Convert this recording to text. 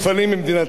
מצד שני,